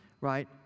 right